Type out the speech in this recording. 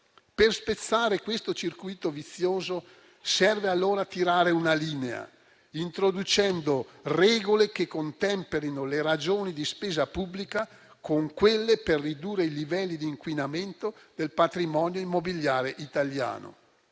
Per spezzare questo circuito vizioso serve allora tirare una linea, introducendo regole che contemperino le ragioni di spesa pubblica con quelle per ridurre i livelli di inquinamento del patrimonio immobiliare italiano.